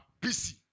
busy